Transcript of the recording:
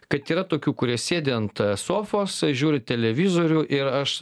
kad yra tokių kurie sėdi ant sofos žiūri televizorių ir aš